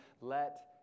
let